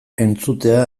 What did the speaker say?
entzutea